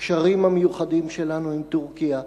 הקשרים המיוחדים שלנו עם טורקיה,